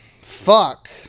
fuck